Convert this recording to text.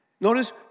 Notice